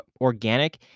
organic